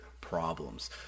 problems